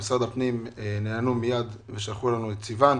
משרד הפנים נענו מייד ושלחו לנו את סיוון.